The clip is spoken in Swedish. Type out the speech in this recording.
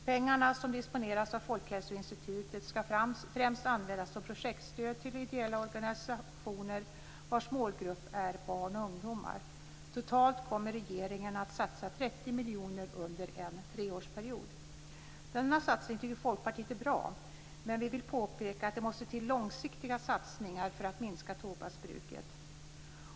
Pengarna, som disponeras av Folkhälsoinstitutet, skall främst användas som projektstöd till ideella organisationer vars målgrupp är barn och ungdomar. Totalt kommer regeringen att satsa 30 miljoner under en treårsperiod. Denna satsning tycker Folkpartiet är bra, men vi vill påpeka att det måste till långsiktiga satsningar för att minska tobaksbruket.